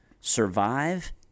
survive